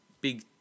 big